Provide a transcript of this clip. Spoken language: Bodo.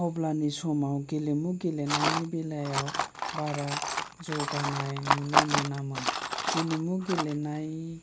अब्लानि समाव गेलेमु गेलेनायनि बेलायाव बारा जौगानाय नुनो मोनामोन गेलेमु गेलेनाय